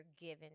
given